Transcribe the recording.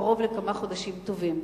קרוב לכמה חודשים טובים.